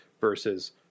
versus